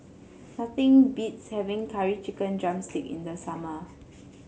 nothing beats having Curry Chicken drumstick in the summer